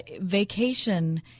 vacation